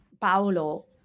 Paolo